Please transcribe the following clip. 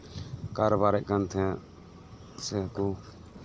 ᱠᱟᱨᱵᱟᱨᱮᱫ ᱠᱟᱱ ᱛᱟᱦᱮᱸᱫ ᱥᱮᱠᱚ